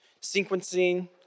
sequencing